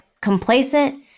complacent